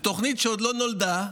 תוכנית שעוד לא נולדה,